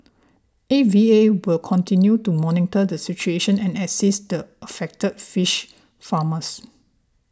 A V A will continue to monitor the situation and assist affected fish farmers